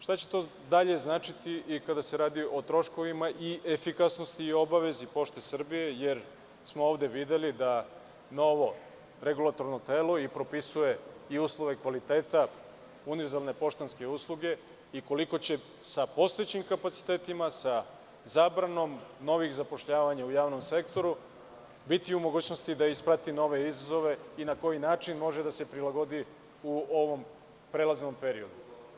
Šta će to dalje značiti i kada se radi o troškovima i efikasnosti i obavezi „Pošte Srbije“, jer smo ovde videli da novo regulatorno telo i propisuje i uslove kvaliteta, univerzalne poštanske usluge, i koliko će sa postojećim kapacitetima, sa zabranom novih zapošljavanja u javnom sektoru, biti u mogućnosti da isprati nove izazove i na koji način može da se prilagodi u ovom prelaznom periodu?